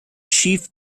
chief